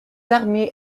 armées